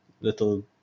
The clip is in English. Little